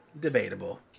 Debatable